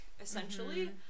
essentially